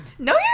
No